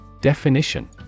Definition